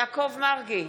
יעקב מרגי,